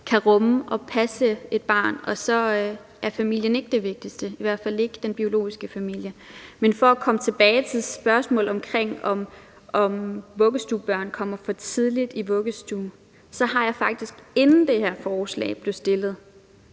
kan rumme at passe et barn, og så er familien ikke det vigtigste, i hvert fald ikke den biologiske familie. Men for at komme tilbage til spørgsmålet om, hvorvidt vuggestuebørn kommer for tidligt i vuggestue, så har jeg faktisk, inden det her forslag blev fremsat,